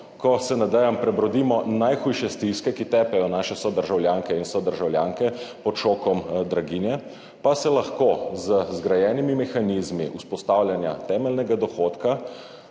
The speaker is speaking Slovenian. ko se nadejam prebrodimo najhujše stiske, ki tepejo naše sodržavljanke in sodržavljane pod šokom draginje, pa se lahko z zgrajenimi mehanizmi vzpostavljanja temeljnega dohodka